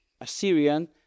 Assyrian